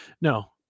no